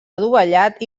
adovellat